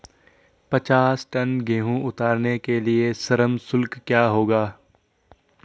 पचास टन गेहूँ उतारने के लिए श्रम शुल्क क्या होगा?